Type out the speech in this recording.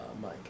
Mike